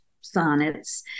sonnets